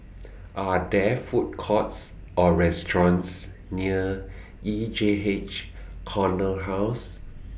Are There Food Courts Or restaurants near E J H Corner House